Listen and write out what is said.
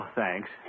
thanks